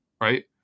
right